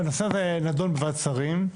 הנושא הזה נדון בוועדת שרים.